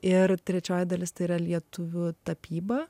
ir trečioji dalis tai yra lietuvių tapyba